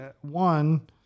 one